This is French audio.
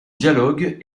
dialogues